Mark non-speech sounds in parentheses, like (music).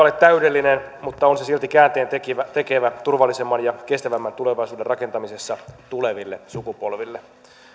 (unintelligible) ole täydellinen mutta on se silti käänteentekevä turvallisemman ja kestävämmän tulevaisuuden rakentamisessa tuleville sukupolville